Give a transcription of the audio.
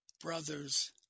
brothers